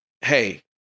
hey